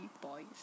Boys